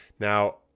Now